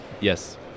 Yes